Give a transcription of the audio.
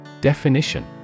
Definition